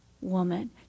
woman